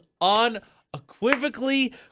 unequivocally